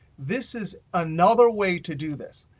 this is another way to do this.